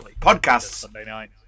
podcasts